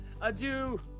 adieu